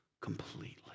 completely